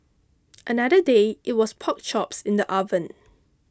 another day it was pork chops in the oven